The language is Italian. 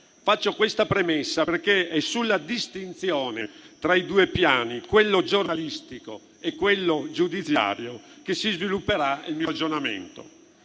Faccio questa premessa perché è sulla distinzione tra i due piani, quello giornalistico e quello giudiziario, che si svilupperà il mio ragionamento.